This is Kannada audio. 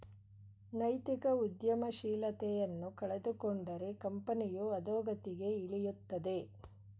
ನೈತಿಕ ಉದ್ಯಮಶೀಲತೆಯನ್ನು ಕಳೆದುಕೊಂಡರೆ ಕಂಪನಿಯು ಅದೋಗತಿಗೆ ಇಳಿಯುತ್ತದೆ